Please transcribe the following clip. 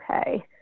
Okay